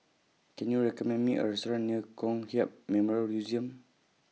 Can YOU recommend Me A Restaurant near Kong Hiap Memory Museum